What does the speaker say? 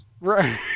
Right